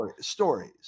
Stories